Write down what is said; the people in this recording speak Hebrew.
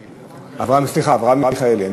סליחה, אברהם מיכאלי.